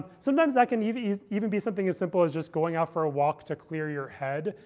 sometimes, that can even even be something as simple as just going out for a walk to clear your head.